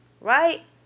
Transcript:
right